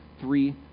three